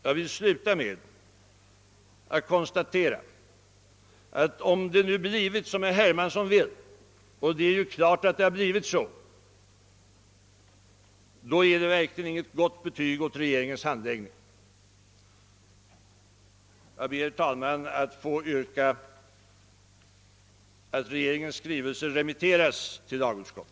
Jag slutar med att konstatera, herr talman, att om det nu blivit som herr Hermansson vill — vilket ju är fallet — är detta verkligen inte något gott betyg åt reseringens handläggning av frågan. Jag ber att få yrka att regeringens skrivelse nr 174 remitteras till lagutskott.